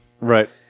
Right